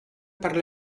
per